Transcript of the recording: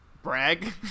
brag